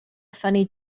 funny